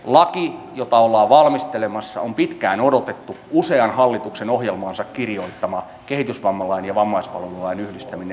laki jota ollaan valmistelemassa on pitkään odotettu usean hallituksen ohjelmaansa kirjoittama kehitysvammalain ja vammaispalvelulain yhdistäminen